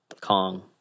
Kong